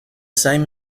same